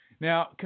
Now